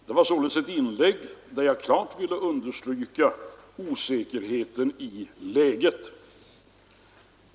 Det var således ett inlägg där jag klart ville understryka osäkerheten i läget.